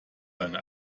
seine